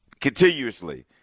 continuously